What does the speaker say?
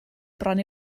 bron